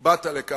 שבאת לכאן,